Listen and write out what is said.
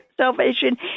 salvation